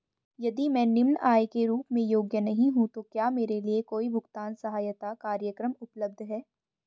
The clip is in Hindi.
यदि मैं निम्न आय के रूप में योग्य नहीं हूँ तो क्या मेरे लिए कोई भुगतान सहायता कार्यक्रम उपलब्ध है?